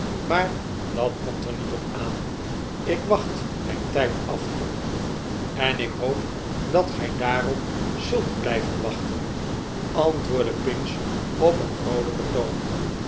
maar dat komt er niet op aan ik wacht mijn tijd af tom t en ik hoop dat gij daarop zult blijven wachten antwoordde pinch op een vroolijken toon